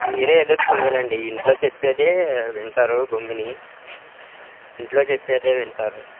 మీరే ఏదో ఒకటి చెయ్యలండి ఇంట్లో చెప్పేదే వింటారు గమ్ముని ఇంట్లో చెప్పేదే వింటారు